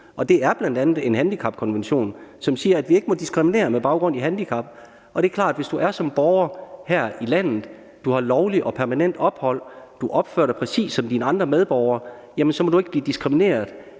det er bl.a. en handicapkonvention, som siger, at vi ikke må diskriminere med baggrund i handicap. Det er klart, at hvis du som borger er her i landet og har lovligt og permanent ophold og du opfører dig præcist som de andre medborgere, jamen så må du ikke blive diskrimineret